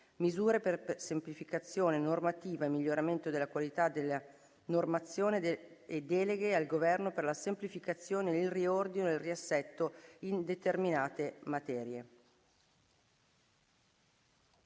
Misure per la semplificazione normativa e il miglioramento della qualità della normazione e deleghe al Governo per la semplificazione, il riordino e il riassetto in determinate materie